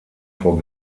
vor